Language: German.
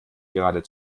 gerade